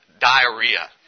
diarrhea